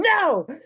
no